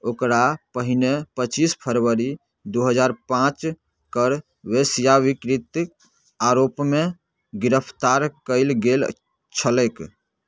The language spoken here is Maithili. ओकरा पहिने पचीस फरवरी दू हजार पाॅंच कऽ वेश्यावृत्ति आरोपमे गिरफ्तार कयल गेल छलैक